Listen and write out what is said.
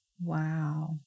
Wow